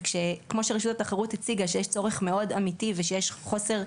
וכמו שרשות התחרות הציגה שיש צורך מאוד אמיתי ושיש חוסר,